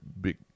big